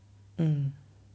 mm